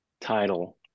Title